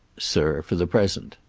sir for the present.